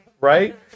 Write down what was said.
right